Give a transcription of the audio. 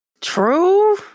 True